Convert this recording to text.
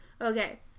Okay